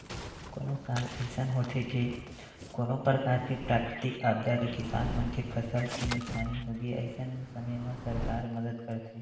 कोनो साल अइसन होथे के कोनो परकार ले प्राकृतिक आपदा ले किसान मन के फसल के नुकसानी होगे अइसन समे म सरकार मदद करथे